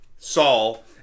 Saul